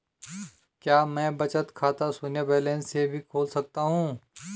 क्या मैं बचत खाता शून्य बैलेंस से भी खोल सकता हूँ?